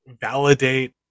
validate